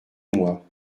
moi